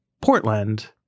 Portland